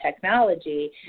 technology